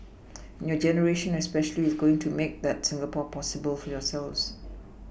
and your generation especially is going to make that Singapore possible for yourselves